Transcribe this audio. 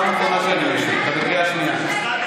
חבר הכנסת להב הרצנו, פעם אחרונה שאני מעיר.